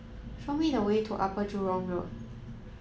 show me the way to Upper Jurong Road